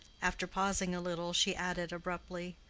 after pausing a little, she added, abruptly,